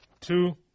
Two